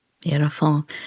Beautiful